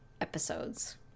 episodes